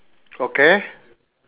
okay